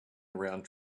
around